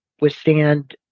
withstand